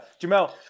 Jamel